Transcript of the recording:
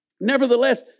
Nevertheless